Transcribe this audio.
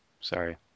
Sorry